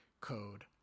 Code